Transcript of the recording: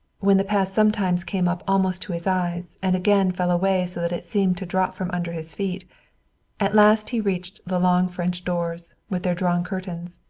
when the path sometimes came up almost to his eyes and again fell away so that it seemed to drop from under his feet at last he reached the long french doors, with their drawn curtains.